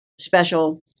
special